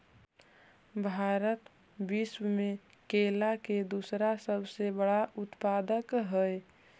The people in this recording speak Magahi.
भारत विश्व में केला के दूसरा सबसे बड़ा उत्पादक हई